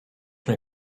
mnie